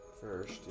First